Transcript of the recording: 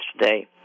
yesterday